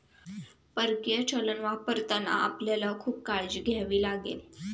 परकीय चलन वापरताना आपल्याला खूप काळजी घ्यावी लागेल